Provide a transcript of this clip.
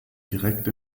direkt